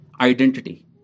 identity